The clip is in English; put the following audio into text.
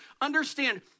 understand